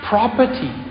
Property